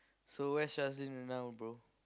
so where Shazlin now bro